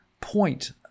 point